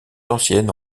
anciennes